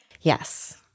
Yes